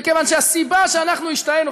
מכיוון שהסיבה שאנחנו השתהינו,